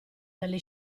dalle